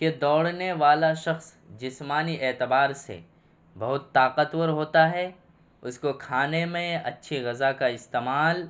کہ دوڑنے والا شخص جسمانی اعتبار سے بہت طاقتور ہوتا ہے اس کو کھانے میں اچھی غذا کا استعمال